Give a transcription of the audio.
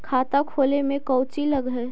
खाता खोले में कौचि लग है?